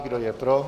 Kdo je pro?